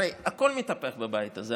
הרי הכול מתהפך בבית הזה,